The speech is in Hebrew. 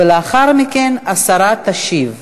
ולאחר מכן השרה תשיב.